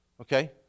okay